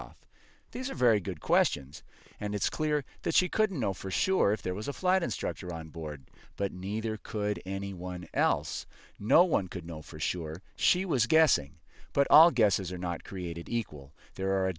off these are very good questions and it's clear that she couldn't know for sure if there was a flight instructor on board but neither could anyone else no one could know for sure she was guessing but all guesses are not created equal there are a